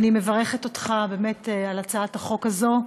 אני מברכת אותך באמת על הצעת החוק הזאת,